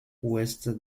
ouest